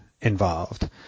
involved